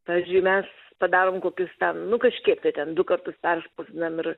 pavyzdžiui mes padarom kokius ten nu kažkiek tai ten du kartus perspausdinam ir